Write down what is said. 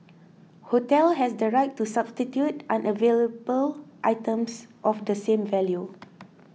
hotel has the right to substitute unavailable items of the same value